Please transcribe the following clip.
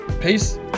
Peace